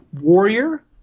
Warrior